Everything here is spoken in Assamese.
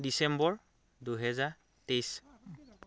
ডিচেম্বৰ দুহেজাৰ তেইছ